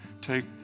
take